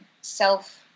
self